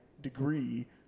degree